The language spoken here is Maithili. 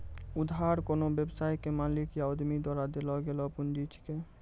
उधार कोन्हो व्यवसाय के मालिक या उद्यमी द्वारा देल गेलो पुंजी छिकै